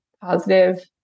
positive